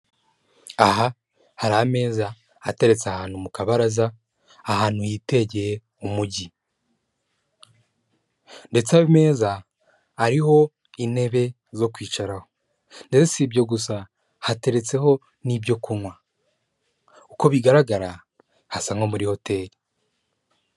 Aha hari ameza ateretse ahantu mu kabaraza ahantu hitegeye umujyi. Ndetse ayo meza ariho intebe zo kwicaraho, ndetse si ibyo gusa hateretseho n'ibyo kunywa. Uko bigaragara hasa nko muri hoteli.